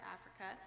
Africa